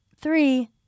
Three